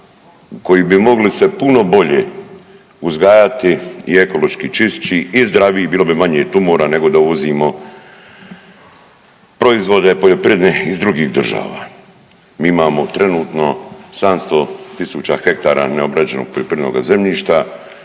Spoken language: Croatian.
koji bi mogli se puno bolje uzgajati i ekološki čišći i zdraviji bilo bi manje tumora nego da uvozimo proizvode poljoprivredne iz drugih država. Mi imamo trenutno 700.000 hektara neobrađenoga poljoprivrednoga zemljišta,